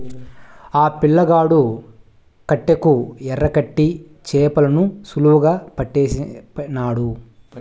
ఆ పిల్లగాడు కట్టెకు ఎరకట్టి చేపలను సులువుగా పట్టేసినాడు